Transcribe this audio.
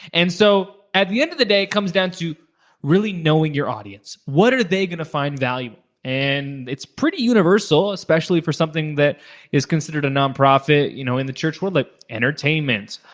and so at the end of the day, it comes down to really knowing your audience. what are they gonna find valuable? and it's pretty universal, especially for something that is considered a nonprofit you know in the church world, like entertainment,